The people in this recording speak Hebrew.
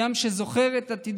כי עם שזוכר את עברו,